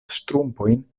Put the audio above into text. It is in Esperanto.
ŝtrumpojn